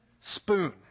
spoon